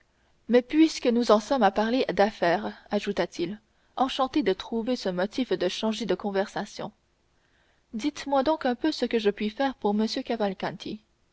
mais puisque nous en sommes à parler d'affaires ajouta-t-il enchanté de trouver ce motif de changer de conversation dites-moi donc un peu ce que je puis faire pour